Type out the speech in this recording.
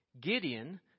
Gideon